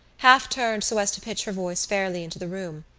half turned so as to pitch her voice fairly into the room,